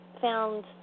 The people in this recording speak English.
found